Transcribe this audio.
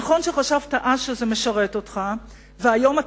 נכון שחשבת אז שזה משרת אותך והיום אתה